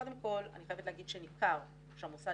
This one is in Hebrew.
קודם כל אני חייבת להגיד שניכר שהמוסד